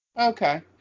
Okay